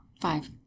five